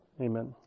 Amen